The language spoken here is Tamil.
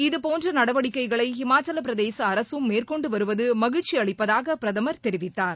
இதுபோன்ற நடவடிக்கைகளை ஹிமாச்சல பிரதேச அரசும் மேற்கொண்டு வருவது மகிழ்ச்சி அளிப்பதாக பிரதமர் தெரிவித்தார்